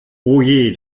oje